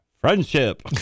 friendship